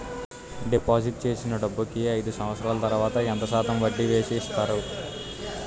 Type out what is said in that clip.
Deposit చేసిన డబ్బుకి అయిదు సంవత్సరాల తర్వాత ఎంత శాతం వడ్డీ వేసి ఇస్తారు?